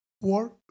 Work